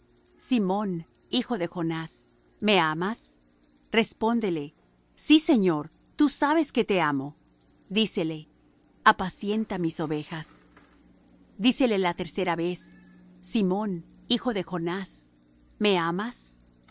simón hijo de jonás me amas respóndele sí señor tú sabes que te amo dícele apacienta mis ovejas dícele la tercera vez simón hijo de jonás me amas